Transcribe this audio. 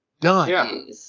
Done